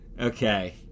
Okay